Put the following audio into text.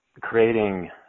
creating